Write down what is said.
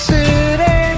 City